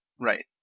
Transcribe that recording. Right